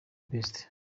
best